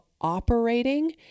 operating